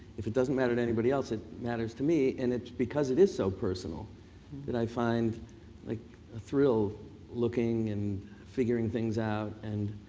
if it doesn't matter to anybody else, it matters to me. and it's because it is so personal that i find like thrill looking and figuring things out and